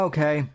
Okay